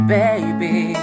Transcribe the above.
baby